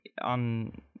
on